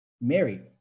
married